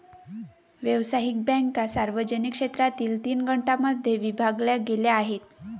व्यावसायिक बँका सार्वजनिक क्षेत्रातील तीन गटांमध्ये विभागल्या गेल्या आहेत